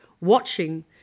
watching